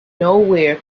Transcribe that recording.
nowhere